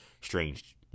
strange